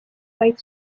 vaid